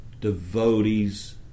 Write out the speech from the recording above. devotees